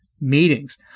meetings